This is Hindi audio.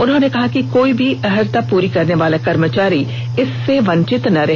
उन्होंने कहा कि कोई भी अर्हता पूरी करने वाला कर्मचारी इससे वंचित न रहे